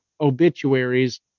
obituaries